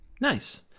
Nice